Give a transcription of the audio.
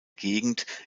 gegend